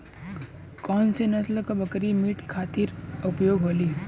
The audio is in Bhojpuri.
कौन से नसल क बकरी मीट खातिर उपयोग होली?